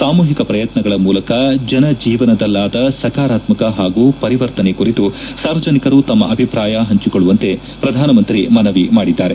ಸಾಮೂಹಿಕ ಪ್ರಯತ್ನಗಳ ಮೂಲಕ ಜನ ಜೀವನದಲ್ಲಾದ ಸಕಾರಾತ್ನಕ ಹಾಗೂ ಪರಿವರ್ತನೆ ಕುರಿತು ಸಾರ್ವಜನಿಕರು ತಮ್ಮ ಅಭಿಪ್ರಾಯ ಪಂಚಿಕೊಳ್ಳುವಂತೆ ಪ್ರಧಾನಮಂತ್ರಿ ಮನವಿ ಮಾಡಿದ್ದಾರೆ